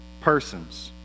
persons